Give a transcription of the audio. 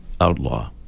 outlaw